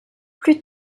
plus